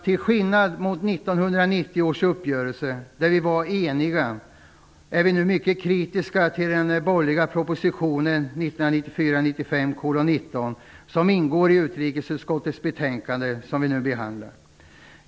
Till skillnad mot 1990 års uppgörelse där vi var eniga är vi nu mycket kritiska till den borgerliga propositionen 1994/95:19, som ingår i utrikesutskottets betänkande som vi nu behandlar.